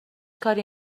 کاری